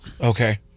Okay